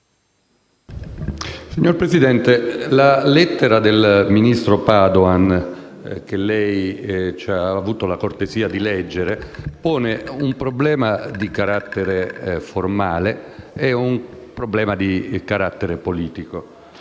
Signor Presidente, la lettera del ministro Padoan, che lei ha avuto la cortesia di leggere, pone un problema di carattere formale e un problema di carattere politico.